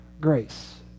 grace